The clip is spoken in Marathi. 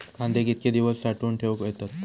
कांदे कितके दिवस साठऊन ठेवक येतत?